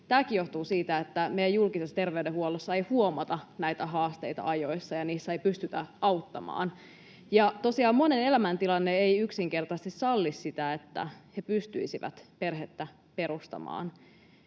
Tämäkin johtuu siitä, että meidän julkisessa terveydenhuollossa ei huomata näitä haasteita ajoissa, ja niissä ei pystytä auttamaan. Ja tosiaan monen elämäntilanne ei yksinkertaisesti salli sitä, että he pystyisivät perheen perustamaan.